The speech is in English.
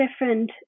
different